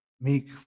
meek